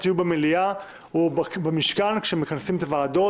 יהיו במליאה או במשכן כאשר מכנסים את הוועדות,